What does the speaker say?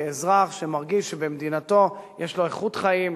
כאזרח שמרגיש שבמדינתו יש לו איכות חיים,